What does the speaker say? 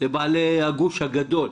לבעלי הגוש הגדול,